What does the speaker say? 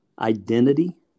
identity